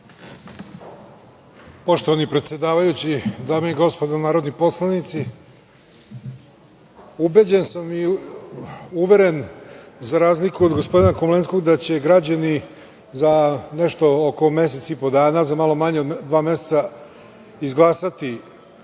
Poštovani predsedavajući, dame i gospodo narodni poslanici, ubeđen sam i uveren za razliku od gospodina Komlenskog da će građani za nešto oko mesec i po dana, za malo manje od dva meseca, izglasati